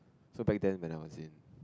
so back then when I was in